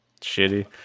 shitty